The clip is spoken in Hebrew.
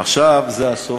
עכשיו, וזה הסוף,